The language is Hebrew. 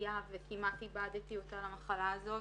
בפגייה וכמעט איבדתי אותה במחלה הזאת.